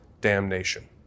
damnation